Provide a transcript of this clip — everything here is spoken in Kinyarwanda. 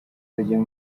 bajya